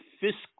fiscal